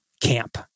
camp